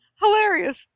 hilarious